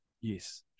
Yes